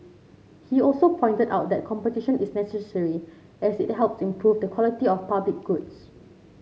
he also pointed out that competition is necessary as it helps improve the quality of public goods